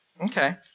Okay